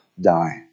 die